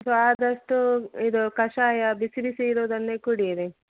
so ಆದಷ್ಟು ಇದು ಕಷಾಯ ಬಿಸಿ ಬಿಸಿ ಇರೋದನ್ನೇ ಕುಡಿಯಿರಿ